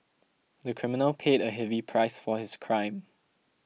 the criminal paid a heavy price for his crime